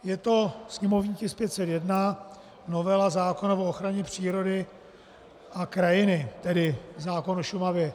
Je to sněmovní tisk 501, novela zákona o ochraně přírody a krajiny, tedy zákon o Šumavě.